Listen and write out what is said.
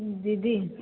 दीदी